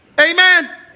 Amen